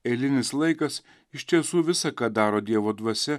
eilinis laikas iš tiesų visa ką daro dievo dvasia